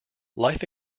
life